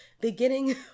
Beginning